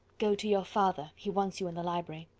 go to your father, he wants you in the library.